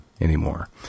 anymore